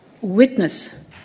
witness